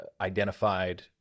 identified